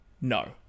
No